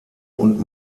und